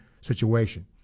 situation